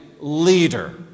leader